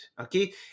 okay